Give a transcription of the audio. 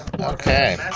okay